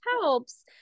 helps